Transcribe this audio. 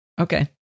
Okay